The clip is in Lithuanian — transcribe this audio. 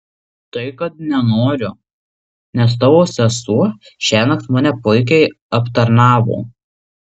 tai kad nenoriu nes tavo sesuo šiąnakt mane puikiai aptarnavo